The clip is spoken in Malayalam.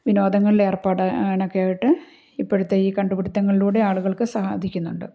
വിനോദങ്ങളിൽ ഏർപ്പെടാനുമൊക്കെ ആയിട്ട് ഇപ്പോഴത്തെ ഈ കണ്ടുപിടുത്തങ്ങളിലൂടെ ആളുകൾക്ക് സാധിക്കുന്നുണ്ട്